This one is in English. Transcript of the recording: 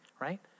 right